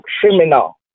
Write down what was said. criminal